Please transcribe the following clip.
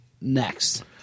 next